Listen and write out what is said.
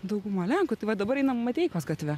dauguma lenkų tai vat dabar einam mateikos gatve